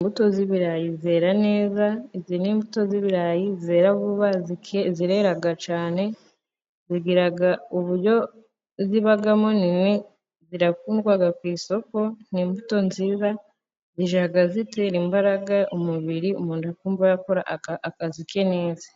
Imbuto z'ibirayi zera neza, izi n'imbuto z'ibirayi zera vuba zirera cyane zigira uburyo zibamo nini zirakundwa ku isoko, n'imbuto nziza zijya zitera imbaraga umubiri umuntu akumva yakora akazi ke neza.